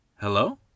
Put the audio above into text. Hello